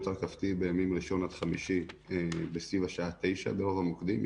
הרכבתי בימים ראשון-חמישי סביב השעה 21:00 ברוב המוקדים,